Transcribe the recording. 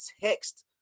text